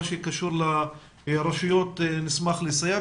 במה שקשור לרשויות נשמח לסייע,